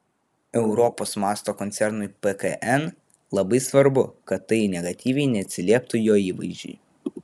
europos mąsto koncernui pkn labai svarbu kad tai negatyviai neatsilieptų jo įvaizdžiui